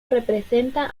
representa